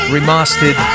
Remastered